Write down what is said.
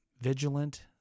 vigilant